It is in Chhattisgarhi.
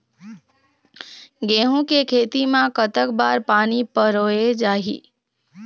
गेहूं के खेती मा कतक बार पानी परोए चाही?